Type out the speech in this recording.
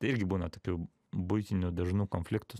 irgi būna tokių buitinių dažnų konfliktų